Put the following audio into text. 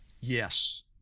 yes